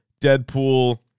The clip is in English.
Deadpool